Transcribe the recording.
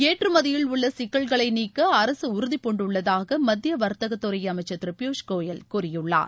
ஏற்றுமதியில் உள்ள சிக்கல்களை நீக்க அரசு உறுதி பூண்டுள்ளதாக மத்திய வர்த்தக துறை அமைச்சள் திரு பியூஷ் கோயல் கூறியுள்ளார்